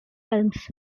films